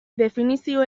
definizio